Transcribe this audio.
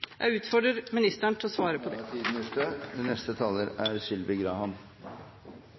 Jeg utfordrer ministeren til å svare på det. Samarbeidet med EU er